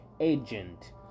agent